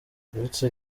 uretse